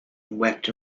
wept